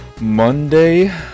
Monday